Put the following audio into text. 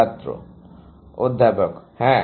ছাত্র অধ্যাপক হ্যাঁ